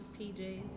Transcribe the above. PJs